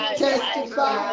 testify